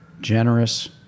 generous